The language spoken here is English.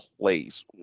place